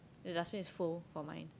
the dustbin is full for mine